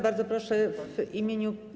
Bardzo proszę, w imieniu.